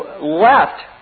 left